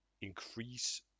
increase